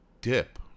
dip